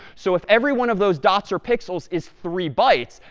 so if every one of those dots or pixels is three bytes,